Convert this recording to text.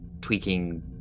tweaking